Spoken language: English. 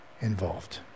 involved